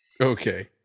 Okay